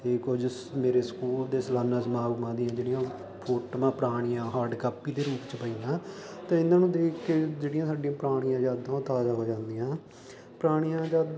ਅਤੇ ਕੁਝ ਮੇਰੇ ਸਕੂਲ ਦੇ ਸਲਾਨਾ ਸਮਾਗਮਾਂ ਦੀਆਂ ਜਿਹੜੀਆਂ ਫੋਟੋਆਂ ਪੁਰਾਣੀਆਂ ਹਾਰਡ ਕਾਪੀ ਦੇ ਰੂਪ 'ਚ ਪਈਆਂ ਅਤੇ ਇਹਨਾਂ ਨੂੰ ਦੇਖ ਕੇ ਜਿਹੜੀਆਂ ਸਾਡੀਆਂ ਪੁਰਾਣੀਆਂ ਯਾਦਾਂ ਤਾਜ਼ਾ ਹੋ ਜਾਂਦੀਆਂ ਪੁਰਾਣੀਆਂ ਯਾਦਾਂ